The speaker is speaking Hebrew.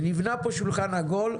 נבנה פה שולחן עגול,